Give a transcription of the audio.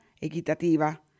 equitativa